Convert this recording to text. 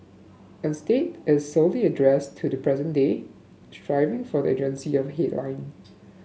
instead is squarely addressed to the present day striving for the urgency of headline